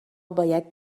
باید